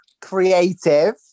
Creative